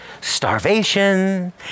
starvation